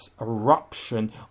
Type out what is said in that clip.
eruption